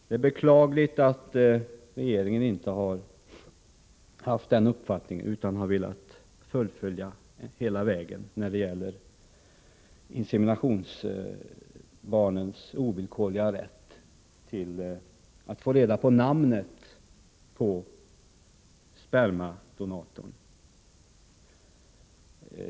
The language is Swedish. Det är beklagligt att regeringen inte har haft samma uppfattning, utan har velat fullfölja tankegången om inseminationsbarnens ovillkorliga rätt att få reda på namnet på spermadonatorn.